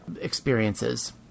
experiences